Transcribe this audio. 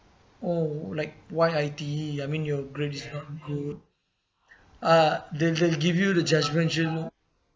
oh like why I_T_E I mean your grades is not good ah they'll they'll give you the judgemental look